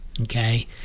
okay